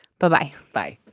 but bye bye.